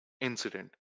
incident